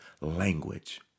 language